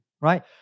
Right